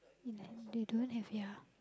and like they don't have ya